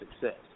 success